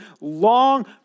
long